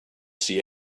see